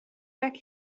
back